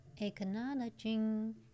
acknowledging